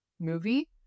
movie